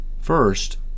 First